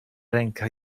ręka